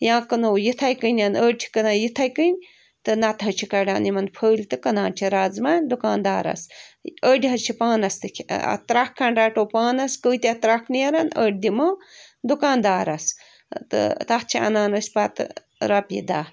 یا کٕنو یِتھَے کٔنیٚن أڑۍ چھِ کٕنان یَتھَے کٔنۍ تہٕ نَتہِ حظ چھِ کَڑان یِمن فٔلۍ تہٕ کٕنان چھِ رازٕمہ دُکان دارس أڑۍ حظ چھِ پانس تہِ کھےٚ ترٛکھ خٔنٛڈ رَٹو پانس کۭتاہ ترٛکھ نیرن أڑۍ دِمو دُکان دارس تہٕ تَتھ چھِ آنان أسۍ پتہٕ رۄپیہِ دَہ